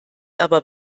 aber